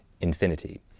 infinity